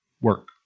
work